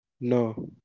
no